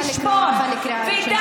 אני לא רוצה לקרוא אותך בקריאה ראשונה.